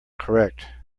correct